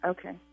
Okay